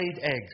eggs